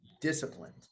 disciplined